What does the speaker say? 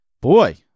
Boy